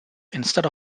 instead